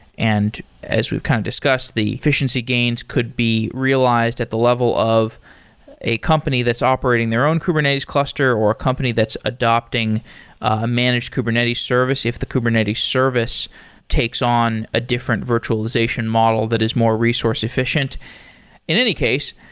and as we've kind of discussed, the efficiency gains could be realized at the level of a company that's operating their own kubernetes cluster, or a company that's adopting a managed kubernetes service, if the kubernetes service takes on a different virtualization model that is more resource-efficient in any case,